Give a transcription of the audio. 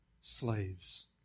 slaves